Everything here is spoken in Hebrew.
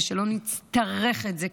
ושלא נצטרך את זה,